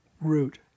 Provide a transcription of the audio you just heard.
root